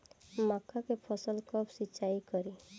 मका के फ़सल कब सिंचाई करी?